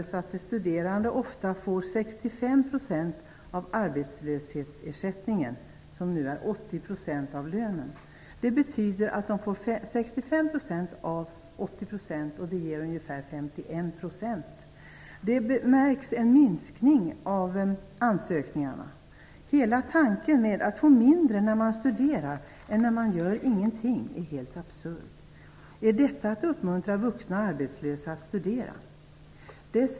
65 % av arbetslöshetsersättningen, som nu är 80 % av lönen. Detta motsvarar ungefär 51 % av den tidigare lönen. Detta har resulterat i en minskning av antalet ansökningar. Hela tanken att man skall få mindre när man studerar än när man inte gör någonting är helt absurd. Är detta att uppmuntra vuxna arbetslösa att studera?